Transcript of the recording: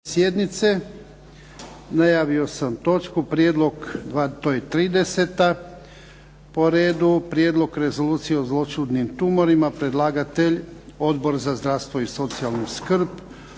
sjednice. Najavio sam točku, to je 30. po redu. - Prijedlog rezolucije o zloćudnim tumorima Predlagatelj je Odbor za zdravstvo i socijalnu skrb.